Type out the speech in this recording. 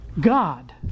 God